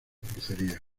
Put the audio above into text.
crucería